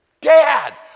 Dad